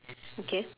okay